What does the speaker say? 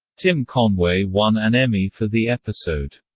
tim conway won an emmy for the episode.